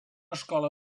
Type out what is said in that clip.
escola